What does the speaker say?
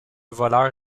voleur